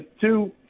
two –